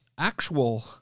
Actual